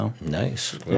Nice